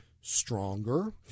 stronger